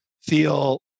feel